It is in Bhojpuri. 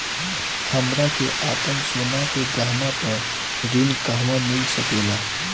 हमरा के आपन सोना के गहना पर ऋण कहवा मिल सकेला?